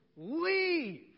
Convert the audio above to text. leave